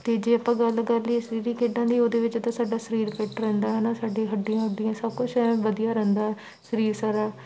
ਅਤੇ ਜੇ ਆਪਾਂ ਗੱਲ ਕਰ ਲਈਏ ਸਰੀਰਕ ਖੇਡਾਂ ਦੀ ਉਹਦੇ ਵਿੱਚ ਤਾਂ ਸਾਡਾ ਸਰੀਰ ਫਿੱਟ ਰਹਿੰਦਾ ਹੈ ਨਾ ਸਾਡੀ ਹੱਡੀਆਂ ਹੁੱਡੀਆਂ ਸਭ ਕੁਛ ਐਨ ਵਧੀਆ ਰਹਿੰਦਾ ਸਰੀਰ ਸਾਰਾ